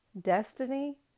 destiny